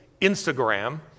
Instagram